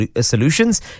solutions